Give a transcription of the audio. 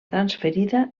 transferida